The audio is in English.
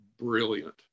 brilliant